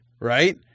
right